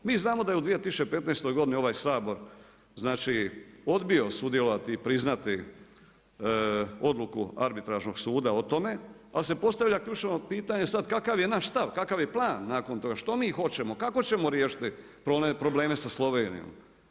Mi znamo da je u 2015. godini ovaj Sabor odbio sudjelovati i priznati odluku Arbitražnog suda o tome, ali se postavlja ključno pitanje sada, kakav je naš stav, kakav je plan nakon toga, što mi hoćemo, kako ćemo riješiti probleme sa Slovenijom?